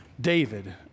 David